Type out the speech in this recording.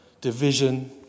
division